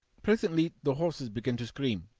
presently the horses began to scream,